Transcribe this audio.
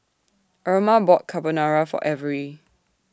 Erma bought Carbonara For Avery